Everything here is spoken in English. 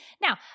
Now